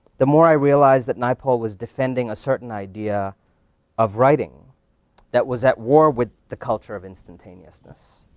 the more i realized that naipaul was defending a certain idea of writing that was at war with the culture of instantaneousness.